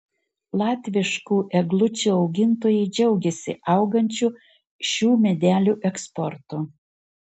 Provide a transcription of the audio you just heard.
latviškų eglučių augintojai džiaugiasi augančiu šių medelių eksportu